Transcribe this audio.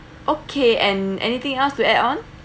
okay and anything else to add on